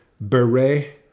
beret